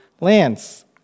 Lance